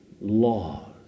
laws